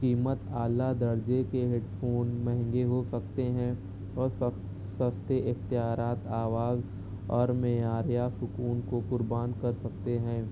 قیمت اعلیٰ درجے کے ہیڈ فون مہنگے ہو سکتے ہیں اور سستے اختیارات آواز اور معیار یا سکون کو قربان کر سکتے ہیں